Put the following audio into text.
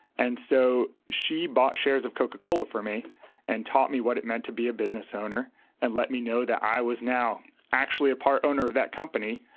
and so she bought shares of coca-cola for me and taught me what it meant to be a business owner and let me know that i was now actually a part owner of that company.